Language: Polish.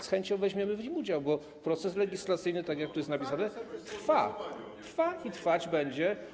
Z chęcią weźmiemy w nim udział, bo proces legislacyjny, tak jak tu jest napisane, trwa i trwać będzie.